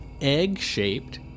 egg-shaped